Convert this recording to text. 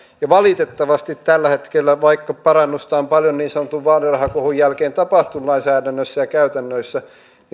ja valitettavasti tällä hetkellä vaikka parannusta on paljon niin sanotun vaalirahakohun jälkeen tapahtunut lainsäädännössä ja käytännöissä